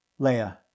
Leia